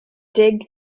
dig